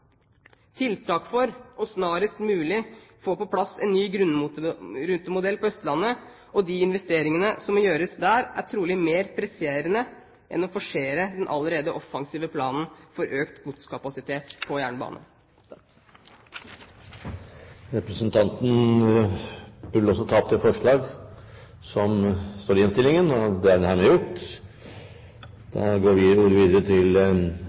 Tiltak for snarest mulig å få på plass en ny grunnrutemodell på Østlandet og de investeringene som må gjøres der, er trolig mer presserende enn det å forsere den allerede offensive planen for økt godskapasitet på jernbanen. Jeg vil på vegne av Arbeiderpartiet, Sosialistisk Venstreparti og Senterpartiet få ta opp forslag